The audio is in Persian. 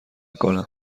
کنم